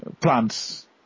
plants